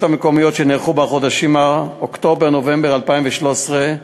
המקומיות שנערכו בחודשים אוקטובר-נובמבר 2013,